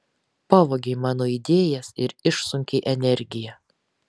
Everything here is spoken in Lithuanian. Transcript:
pavogei mano idėjas ir išsunkei energiją